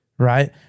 right